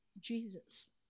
Jesus